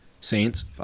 Saints